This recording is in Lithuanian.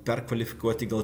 perkvalifikuoti gal